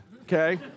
okay